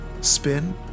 Spin